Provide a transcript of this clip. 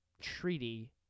treaty